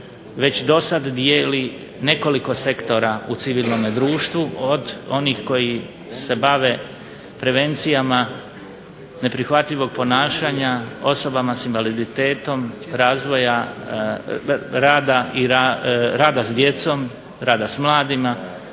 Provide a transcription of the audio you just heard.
već do sada dijeli nekoliko sektora u civilnom društvu od onih koji se bave prevencijama neprihvatljivoga ponašanja, osobama sa invaliditetom, razvoja rada s djecom, rada s mladima,